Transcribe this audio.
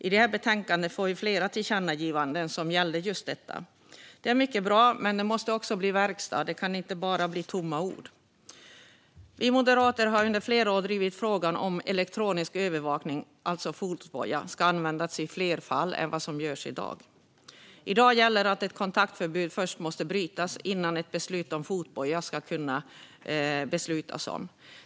I det här betänkandet föreslås flera tillkännagivanden som gäller just detta. Det är mycket bra, men det måste också bli verkstad. Det kan inte bara bli tomma ord. Vi moderater har under flera år drivit frågan om att elektronisk övervakning, alltså fotboja, ska användas i fler fall än i dag. I dag gäller att ett kontaktförbud först måste brytas innan ett beslut om fotboja ska kunna tas.